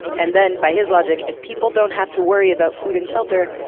and then, by his logic, if people don't have to worry about food and shelter,